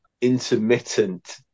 intermittent